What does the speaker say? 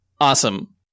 Awesome